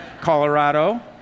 Colorado